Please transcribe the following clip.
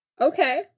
Okay